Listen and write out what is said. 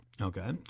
Okay